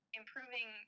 improving